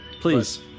please